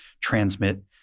transmit